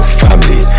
family